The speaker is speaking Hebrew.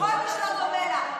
כל מי שלא דומה לה.